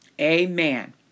Amen